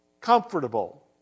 comfortable